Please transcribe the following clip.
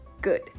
Good